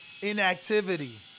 Inactivity